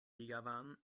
begawan